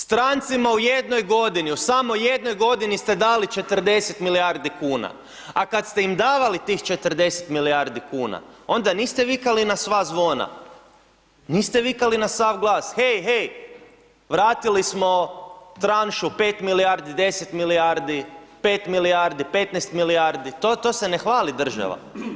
Strancima u jednoj godini, u samo jednoj godini ste dali 40 milijardi kuna, a kad ste im davali tih 40 milijardi kuna, onda niste vikali na sva zvona, niste vikali na sav glas hej, hej, vratili smo tranšu 5 milijardi, 10 milijardi, 5 milijardi, 15 milijardi, to se ne hvali država.